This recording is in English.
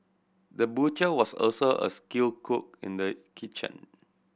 the butcher was also a skilled cook in the kitchen